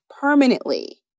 permanently